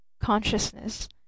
consciousness